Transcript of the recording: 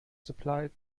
supplied